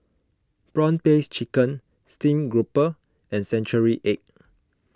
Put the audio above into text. Prawn Paste Chicken Steamed Grouper and Century Egg